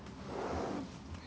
which video you saw